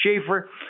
Schaefer